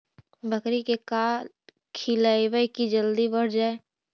बकरी के का खिलैबै कि जल्दी बढ़ जाए?